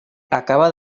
acaba